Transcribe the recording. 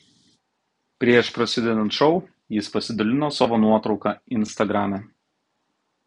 prieš prasidedant šou jis pasidalino savo nuotrauka instagrame